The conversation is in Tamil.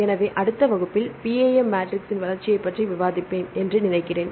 எனவே அடுத்த வகுப்பில் PAM மேட்ரிக்ஸின் வளர்ச்சியைப் பற்றி விவாதிப்பேன் என்று நினைக்கிறேன்